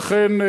ולכן,